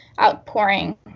outpouring